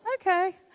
Okay